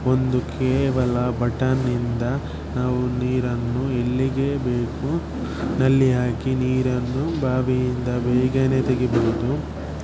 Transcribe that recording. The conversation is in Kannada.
ಒಂದು ಕೇವಲ ಬಟನ್ನಿಂದ ನಾವು ನೀರನ್ನು ಎಲ್ಲಿಗೆ ಬೇಕು ನಲ್ಲಿ ಹಾಕಿ ನೀರನ್ನು ಬಾವಿಯಿಂದ ಬೇಗನೆ ತೆಗಿಬಹುದು